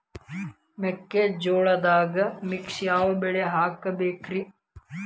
ಮೆಕ್ಕಿಜೋಳದಾಗಾ ಮಿಕ್ಸ್ ಯಾವ ಬೆಳಿ ಹಾಕಬೇಕ್ರಿ?